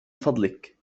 فضلك